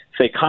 say